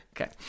Okay